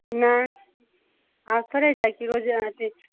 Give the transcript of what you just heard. नहि आब थोड़े जाइत छी ओ जे अहाँ अथी